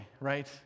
right